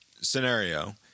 scenario